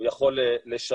הוא יכול לשנות,